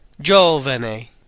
giovane